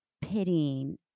pitying